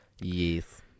Yes